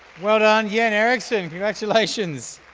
right on, yen eriksen, congratulations.